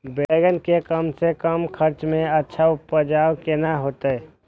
बेंगन के कम से कम खर्चा में अच्छा उपज केना होते?